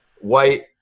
white